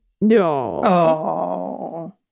No